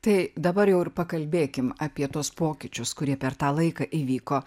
tai dabar jau ir pakalbėkim apie tuos pokyčius kurie per tą laiką įvyko